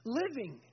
living